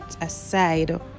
aside